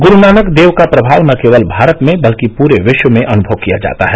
गुरू नानक देव का प्रभाव न केवल भारत में बल्कि प्रे विश्व में अनुभव किया जाता है